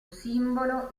simbolo